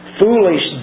foolish